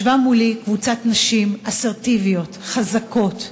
ישבה מולי קבוצת נשים אסרטיביות, חזקות,